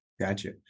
Gotcha